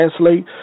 translate